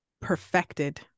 perfected